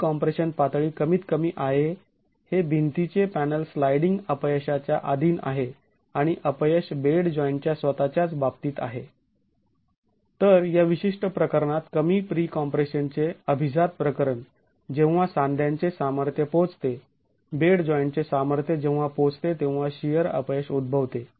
pre compression पातळी कमीत कमी आहे हे भिंतीचे पॅनल स्लायडिंग अपयशाच्या आधीन आहे आणि अपयश बेड जॉईंटच्या स्वतःच्याच बाबतीत आहे तर या विशिष्ट प्रकरणात कमी प्री कॉम्प्रेशनचे अभिजात प्रकरण जेव्हा सांध्यांचे सामर्थ्य पोहोचते बेड जॉईंटचे सामर्थ्य जेव्हा पोहोचते तेव्हा शिअर अपयश उद्भवते